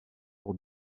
pour